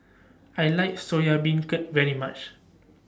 I like Soya Beancurd very much